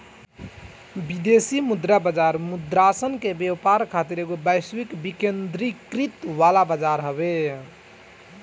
विदेशी मुद्रा बाजार मुद्रासन के व्यापार खातिर एगो वैश्विक विकेंद्रीकृत वाला बजार हवे